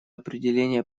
определения